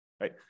right